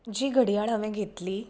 जी घडयाळ हांवें घेतली